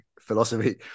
philosophy